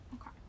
Okay